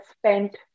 spent